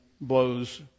blows